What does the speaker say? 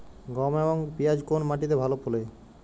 গম এবং পিয়াজ কোন মাটি তে ভালো ফলে?